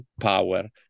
power